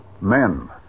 Men